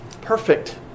perfect